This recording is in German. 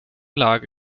lage